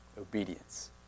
Obedience